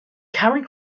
karen